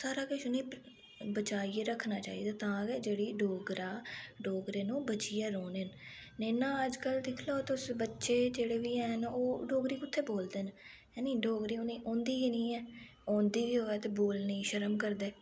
सारा किश उनेंगी बचाइयै रक्खना चाहिदा तां गै जेह्ड़ी डोगरा डोगरे न ओह् बचियै रौह्ने न नेईं ना अज्जकल दिक्खी लैओ तुस बच्चे जेह्ड़े बी हैन ओह् डोगरी कुत्थै बोलदे न हैनी डोगरी उनेंगी औंदी गै नेईं ऐ औंदी बी होवै ते बोलने गी शर्म करदे